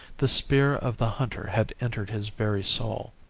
the spear of the hunter had entered his very soul.